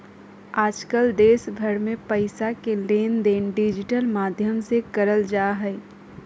आजकल देश भर मे पैसा के लेनदेन डिजिटल माध्यम से करल जा हय